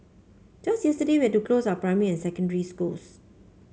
just yesterday where to close our primary and secondary schools